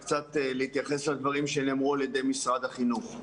ולהתייחס לדברים שנאמרו על ידי משרד החינוך.